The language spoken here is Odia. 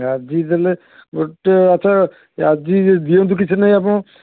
ଆଜି ଦେଲେ ଗୋଟେ ଆଚ୍ଛା ଆଜି ଦିଅନ୍ତୁ କିଛି ନାହିଁ ଆପଣ